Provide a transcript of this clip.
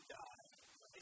die